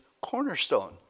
cornerstone